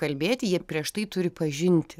kalbėti jie prieš tai turi pažinti